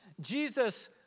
Jesus